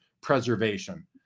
preservation